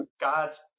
God's